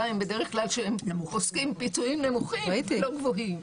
הן בדרך כלל שהם פוסקים פיצויים נמוכים ולא גבוהים.